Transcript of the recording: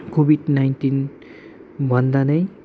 covid nineteen भन्दा नै